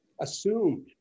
assumed